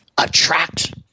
attract